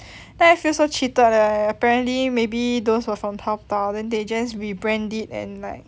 then I feel so cheated leh apparently maybe those were from Taobao then they just rebrand it and like